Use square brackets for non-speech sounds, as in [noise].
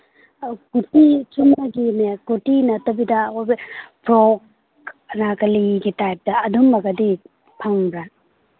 [unintelligible] ꯀꯨꯔꯇꯤ ꯅꯠꯇꯕꯤꯗ ꯐ꯭ꯔꯣꯛ ꯑꯅꯥꯀꯂꯤꯒꯤ ꯇꯥꯏꯞꯇ ꯑꯗꯨꯝꯕꯒꯗꯤ ꯐꯪꯕ꯭ꯔꯥ